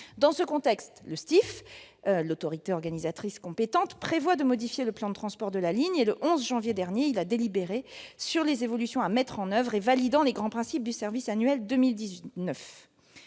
d'Île-de-France, qui est l'autorité organisatrice compétente, prévoit de modifier le plan de transport de la ligne. Le 11 janvier dernier, il a délibéré sur les évolutions à mettre en oeuvre, validant les grands principes du service annuel 2019.